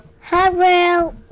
Hello